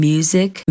Music